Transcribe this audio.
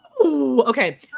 okay